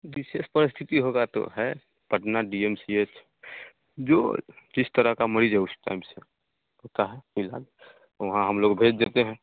विशेष परिस्थिति होगी तो है तब ना डी एम सी एच जो इस तरह का मरीज़ है उस टाइम से होता है इलाज वहाँ हम लोग भेज देते हैं